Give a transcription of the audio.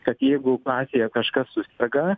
kad jeigu klasėje kažkas suserga